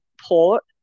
port